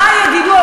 למה זה קורה?